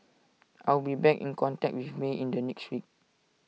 I will be back in contact with may in the next week